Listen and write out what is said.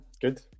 Good